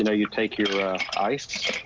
and you take your ice,